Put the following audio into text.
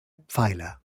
pfeiler